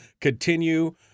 continue